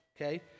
okay